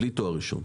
בלי תואר ראשון,